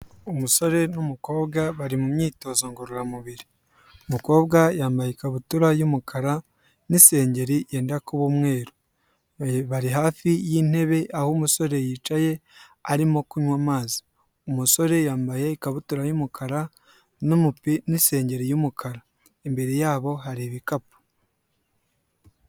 Umusore n'umukobwa bari mu myitozo ngororamubiri, umukobwa yambaye ikabutura y'umukara n'isengeri yenda kuba umweru, bari hafi y'intebe aho umusore yicaye arimo kunywa amazi, umusore yambaye ikabutura y'umukara n'sengeri y'umukara, imbere yabo hari ibikapu.